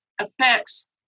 affects